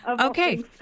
Okay